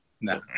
No